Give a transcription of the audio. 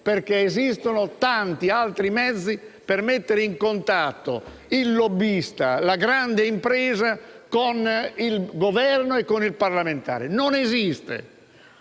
perché esistono tanti altri mezzi per mettere in contatto il lobbista e la grande impresa con il Governo e il parlamentare. Non esiste: